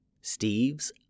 Steve's